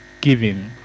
giving